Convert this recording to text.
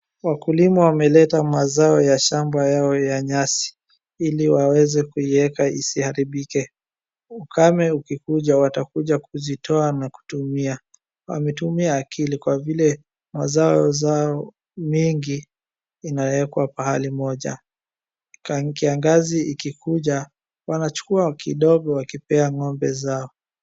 Wakulima wameleta mazao ya shamba yao ya nyasi ili waweze kuieka isiharibike. Ukame ukikuja watakuja kuzitoa na kutumia. Wametumia akili kwa vile mazao zao mingi imewekwa pahali moja kiangazi ikikuja wanachukua kidogo wakipea ng'ombe zao.